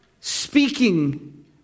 speaking